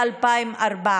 ב-2014.